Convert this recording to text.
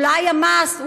אולי המס,